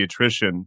pediatrician